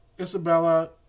Isabella